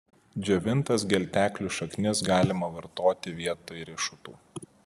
džiovintas gelteklių šaknis galima vartoti vietoj riešutų